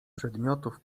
przedmiotów